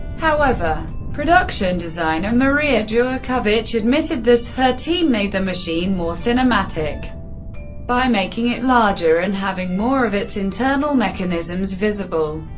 however, production designer maria djurkovic admitted that her team made the machine more cinematic by making it larger and having more of its internal mechanisms visible.